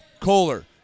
Kohler